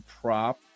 prop